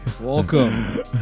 welcome